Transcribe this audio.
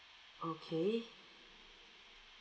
okay